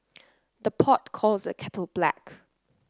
the pot calls the kettle black